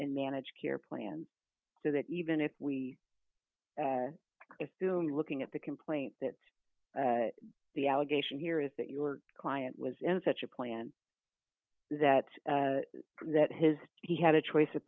in managed care plans so that even if we assume looking at the complaint that the allegation here is that your client was in such a plan that that his he had a choice